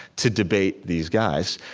to debate these guys.